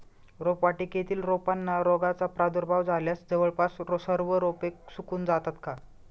रोपवाटिकेतील रोपांना रोगाचा प्रादुर्भाव झाल्यास जवळपास सर्व रोपे सुकून जातात का?